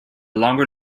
longer